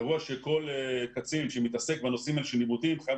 אירוע שכל קצין שמתעסק בנושאים האלה של ניווטים חייב